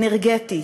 אנרגטית,